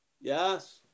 yes